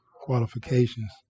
qualifications